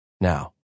now